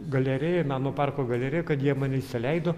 galerijai meno parko galerijai kad jie mane įsileido